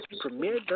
Premier